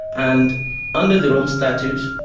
and under the rome statute,